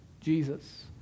Jesus